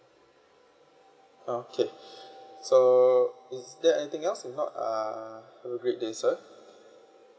okay so is there anything else if not uh have a great day sir